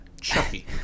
Chucky